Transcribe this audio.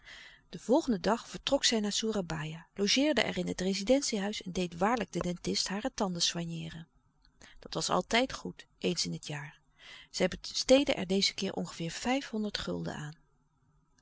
den volgenden dag vertrok zij naar soerabaia logeerde er in het rezidentie-huis en deed waarlijk den dentist hare tanden soigneeren dat was altijd goed eens in het jaar zij besteedde er dezen keer ongeveer vijfhonderd gulden aan